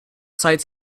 site